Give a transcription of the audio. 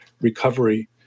recovery